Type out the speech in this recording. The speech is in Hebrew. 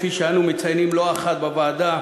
כפי שאנו מציינים לא אחת בוועדה,